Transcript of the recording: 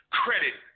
credit